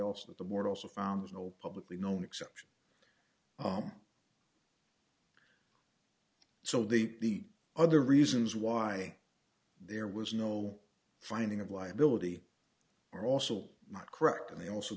also that the board also found no publicly known exception so the other reasons why there was no finding of liability are also not correct and they also